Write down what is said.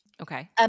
Okay